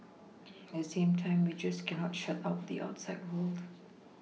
at the same time we just cannot shut out the outside world